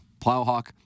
Plowhawk